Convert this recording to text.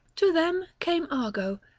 to them came argo,